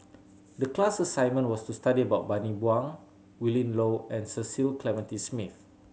the class assignment was to study about Bani Buang Willin Low and Cecil Clementi Smith